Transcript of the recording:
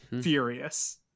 furious